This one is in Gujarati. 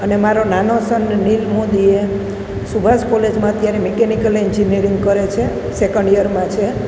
અને મારા નાનો સન નીર મોદી એ સુભાષ કોલેજમાં અત્યારે મીકેનિકલ એન્જિનિયરિંગ કરે છે સેકંડ યરમાં છે